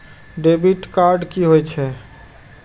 Debit card कि होई छै?